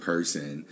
person